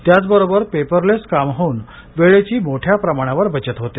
याच बरोबर पेपरलेस काम होऊन वेळेची मोठया प्रमाणावर बचत होते